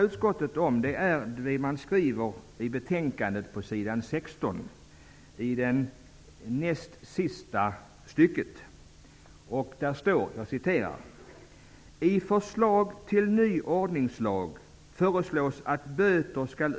Utskottet har avstyrkt mitt förslag. ordningslagen.